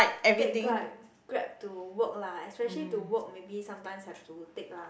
take Grab Grab to work lah especially to work maybe sometimes have to take lah